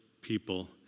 people